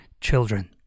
children